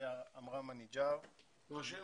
מאיפה אתה?